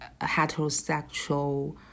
heterosexual